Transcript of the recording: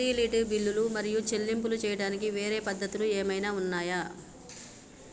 Utility బిల్లులు మరియు చెల్లింపులు చేయడానికి వేరే పద్ధతులు ఏమైనా ఉన్నాయా?